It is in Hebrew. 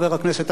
אני?